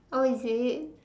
oh is it